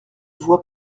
vois